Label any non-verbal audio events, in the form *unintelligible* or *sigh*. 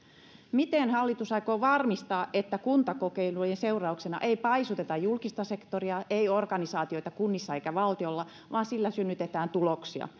miten hallitus aikoo varmistaa että kuntakokeilujen seurauksena ei paisuteta julkista sektoria ei organisaatioita kunnissa eikä valtiolla vaan sillä synnytetään tuloksia *unintelligible*